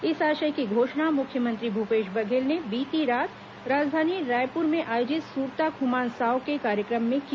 इस आशय की घोषणा मुख्यमंत्री भूपेश बघेल ने बीती रात राजधानी रायपुर में आयोजित सुरता खुमान साव के कार्यक्रम में की